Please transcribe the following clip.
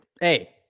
hey